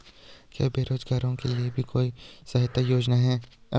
क्या बेरोजगारों के लिए भी कोई सहायता योजना है?